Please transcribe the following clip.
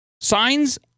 signs